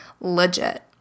Legit